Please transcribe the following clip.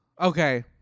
Okay